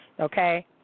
okay